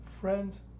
Friends